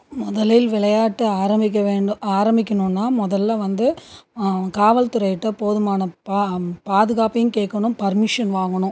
முதலில் விளையாட்டு ஆரம்பிக்க வேண்டும் ஆரம்பிக்கணும்னா முதல்ல வந்து காவல்துறையிட்ட போதுமான பா பாதுகாப்பையும் கேட்கணும் பர்மிஷன் வாங்கணும்